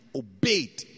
obeyed